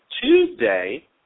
Tuesday